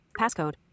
Passcode